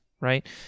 right